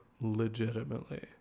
legitimately